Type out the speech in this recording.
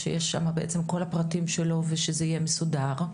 שיש שם בעצם את כל הפרטים שלו ושזה יהיה מסודר?